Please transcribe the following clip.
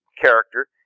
character